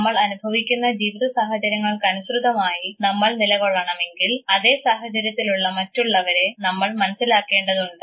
നമ്മൾ അനുഭവിക്കുന്ന ജീവിത സാഹചര്യങ്ങൾക്കനുസൃതമായി നമ്മൾ നിലകൊള്ളണം എങ്കിൽ അതേ സാഹചര്യത്തിലുള്ള മറ്റുള്ളവരെ നമ്മൾ മനസ്സിലാക്കേണ്ടതുണ്ട്